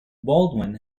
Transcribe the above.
baldwin